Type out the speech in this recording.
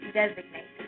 designate